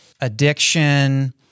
addiction